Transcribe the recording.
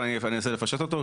אבל אני אנסה לפשט אותו.